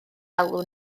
alw